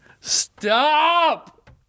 Stop